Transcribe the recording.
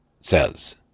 says